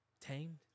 tamed